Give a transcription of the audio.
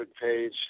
page